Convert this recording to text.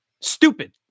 Stupid